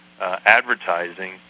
advertising